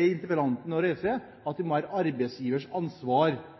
interpellanten sier – at det må være arbeidsgivers ansvar,